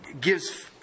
gives